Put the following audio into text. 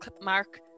mark